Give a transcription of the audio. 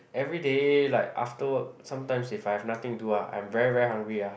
everyday like after work sometimes if I have nothing do ah I'm very very hungry ah